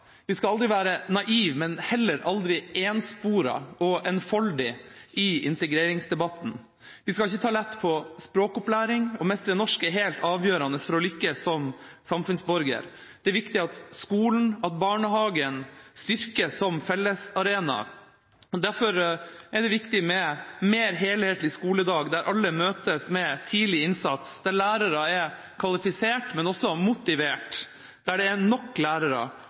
Vi skal aldri være naive, men heller aldri ensporet og enfoldig i integreringsdebatten. Vi skal ikke ta lett på språkopplæring. Å mestre norsk er helt avgjørende for å lykkes som samfunnsborger. Det er viktig at skolen og barnehagen styrkes som fellesarena. Derfor er det viktig med en mer helhetlig skoledag, der alle møtes med tidlig innsats, der lærerne er kvalifiserte, men også motiverte, der det er nok lærere,